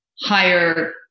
higher